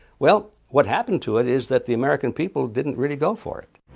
well, what happened to it is that the american people didn't really go for it.